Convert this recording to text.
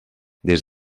des